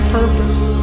purpose